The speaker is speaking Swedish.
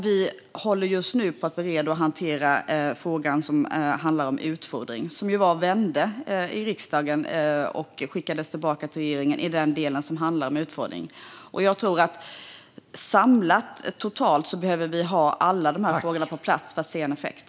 Vi håller just på att bereda och hantera frågan som handlar om utfodring, som ju var och vände här i riksdagen för att skickas tillbaka till regeringen i den delen som handlar om utfodring. Jag tror att vi samlat behöver ha alla de här frågorna på plats för att se en effekt.